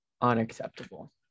Unacceptable